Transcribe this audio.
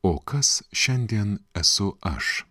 o kas šiandien esu aš